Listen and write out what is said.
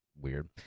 weird